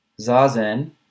Zazen